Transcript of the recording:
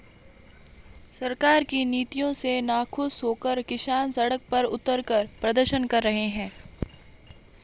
सरकार की नीतियों से नाखुश होकर किसान सड़क पर उतरकर प्रदर्शन कर रहे हैं